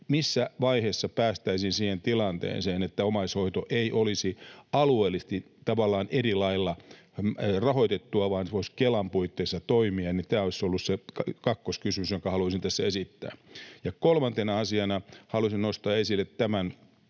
Missä vaiheessa päästäisiin siihen tilanteeseen, että omaishoito ei olisi alueellisesti tavallaan eri lailla rahoitettua vaan se voisi Kelan puitteissa toimia? Tämä olisi ollut se kakkoskysymys, jonka halusin tässä esittää. Kolmantena asiana haluaisin nostaa esille